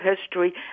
history